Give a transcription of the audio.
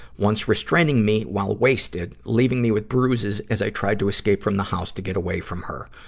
once restraining me while wasted, leaving me with bruises as i tried to escape from the house to get away from her.